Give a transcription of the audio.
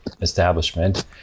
establishment